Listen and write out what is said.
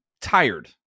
tired